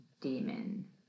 demon